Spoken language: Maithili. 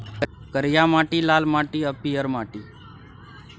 करिया माटि, लाल माटि आ पीयर माटि